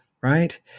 right